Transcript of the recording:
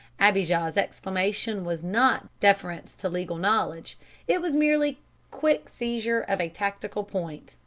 abijah's exclamation was not deference to legal knowledge it was merely quick seizure of a tactical point.